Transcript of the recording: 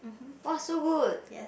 !wah! so good